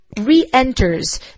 re-enters